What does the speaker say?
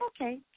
Okay